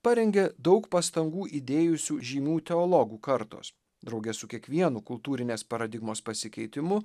parengė daug pastangų įdėjusių žymių teologų kartos drauge su kiekvienu kultūrinės paradigmos pasikeitimu